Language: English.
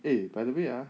eh by the way ah